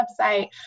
website